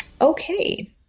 Okay